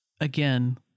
again